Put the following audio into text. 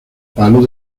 palo